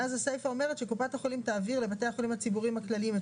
ואז הסיפא אומרת: קופת החולים תעביר לבתי החולים הציבוריים הכלליים את